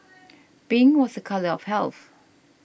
pink was a colour of health